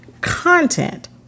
content